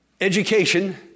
education